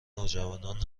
نوجوانان